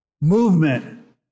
movement